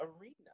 arena